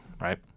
right